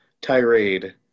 tirade